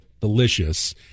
Delicious